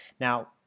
Now